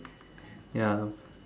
ya